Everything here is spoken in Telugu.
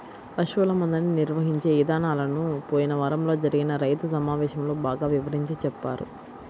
పశువుల మందని నిర్వహించే ఇదానాలను పోయిన వారంలో జరిగిన రైతు సమావేశంలో బాగా వివరించి చెప్పారు